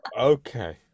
Okay